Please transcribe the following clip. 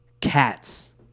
cats